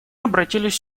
обратились